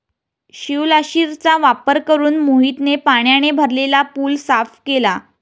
शिवलाशिरचा वापर करून मोहितने पाण्याने भरलेला पूल साफ केला